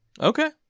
Okay